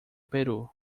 peru